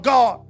God